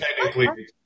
technically